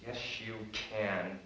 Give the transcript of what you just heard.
yes you can